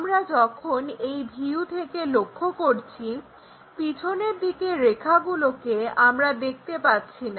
আমরা যখন এই ভিউ থেকে লক্ষ্য করছি পিছনের দিকের রেখাগুলোকে আমরা দেখতে পাচ্ছি না